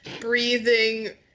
breathing